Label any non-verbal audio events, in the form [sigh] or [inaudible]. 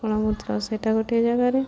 [unintelligible] ସେଇଟା ଗୋଟିଏ ଜାଗାରେ